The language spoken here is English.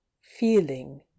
feeling